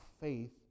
faith